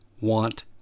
want